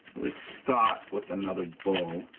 let's start with another bull.